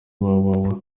www